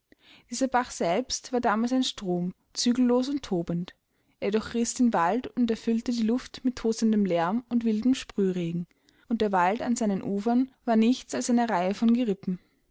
dieser bach selbst war damals ein strom zügellos und tobend er durchriß den wald und erfüllte die luft mit tosendem lärm und wildem sprühregen und der wald an seinen ufern war nichts als eine reihe von